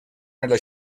nella